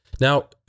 Now